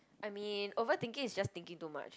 I mean overthinking is just thinking too much